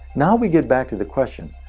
now we get back to the question,